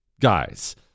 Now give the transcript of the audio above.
guys